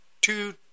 two